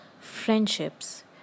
friendships